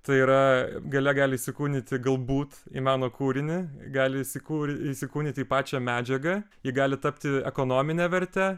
tai yra galia gali įsikūnyti galbūt į meno kūrinį gali įsikurti įsikūnyti į pačią medžiagą ji gali tapti ekonomine verte